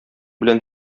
белән